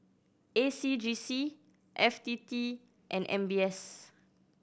A C J C F T T and M B S